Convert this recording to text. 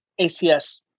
ACS